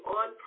on